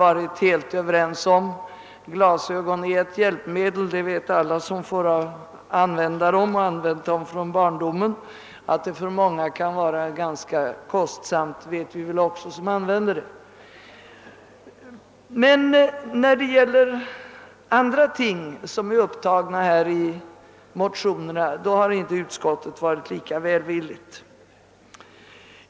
Att glasögon är ett viktigt hjälpmedel vet alla som har fått använda glasögon sedan barndomen, och att de för många också är ganska kostsamma vet vi som är beroende av dem. När det gäller andra ting som har upptagits i motionerna har emellertid utskottet inte varit lika välvilligt.